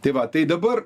tai va tai dabar